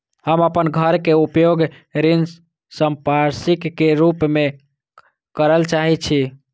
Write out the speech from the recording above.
हम अपन घर के उपयोग ऋण संपार्श्विक के रूप में करल चाहि छी